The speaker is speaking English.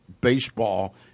baseball –